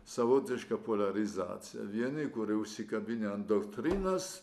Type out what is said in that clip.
savotišką poliarizaciją vieni kuri užsikabinę ant doktrinos